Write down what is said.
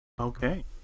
okay